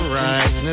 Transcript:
right